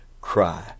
cry